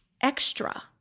extra